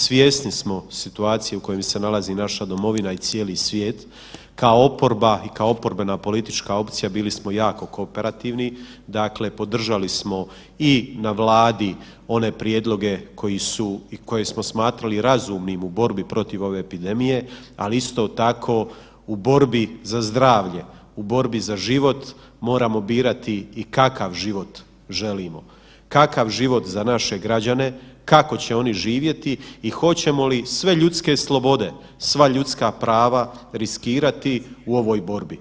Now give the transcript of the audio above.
Svjesni smo situacije u kojoj se nalazi naša domovina i cijeli svijet, kao oporba i kao oporbena politička opcija bili smo jako kooperativni, podržali smo i na Vladi one prijedloge koje smo smatrali razumnim u borbi protiv ove epidemije, ali isto tako u borbi za zdravlje u borbi za život moramo birati i kakav život želimo, kakav život za naše građane, kako će oni živjeti i hoćemo li sve ljudske slobode, sva ljudska prava riskirati u ovoj borbi.